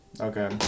Okay